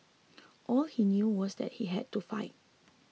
all he knew was that he had to fight